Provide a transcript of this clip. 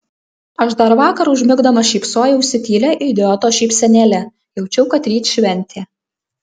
aš dar vakar užmigdamas šypsojausi tylia idioto šypsenėle jaučiau kad ryt šventė